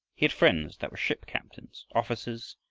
he had friends that were shipcaptains, officers,